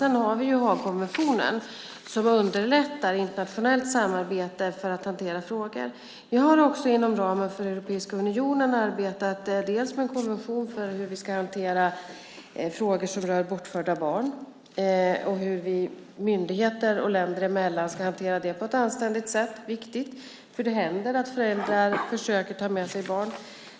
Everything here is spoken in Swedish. Sedan har vi Haagkonventionen som underlättar internationellt samarbete för att hantera frågor. Vi har också inom ramen för Europeiska unionen arbetat med en konvention för hur vi ska hantera frågor som rör bortförda barn och hur myndigheter och länder emellan ska hantera det på ett anständigt sätt. Det är viktigt eftersom det händer att föräldrar försöker att ta med sig barn.